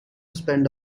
spend